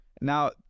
Now